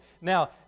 Now